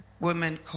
Women